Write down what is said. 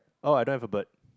oh I don't have a bird